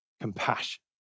compassion